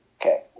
Okay